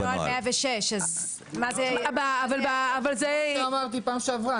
בנוהל 106. זה מה שאמרתי בפעם שעברה.